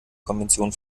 konvention